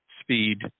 speed